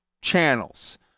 channels